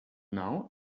now